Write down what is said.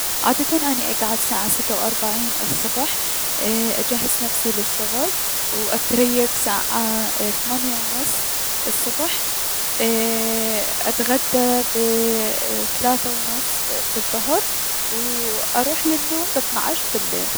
عادتا اني اكعد ساعة ستة و اربعين الصبح ايي- اجهز نفسي للشغل، اتريك ساعة ثمانية و نص الصبح ايي- اتغدى بثلاثة و نص بالضهر و اروح للنوم ساعة اثنعش بالليل.